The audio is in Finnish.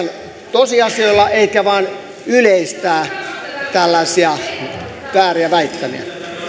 tosiasioilla eikä vain yleistää tällaisia vääriä väittämiä